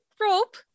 rope